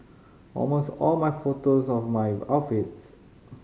almost all my photos of my outfits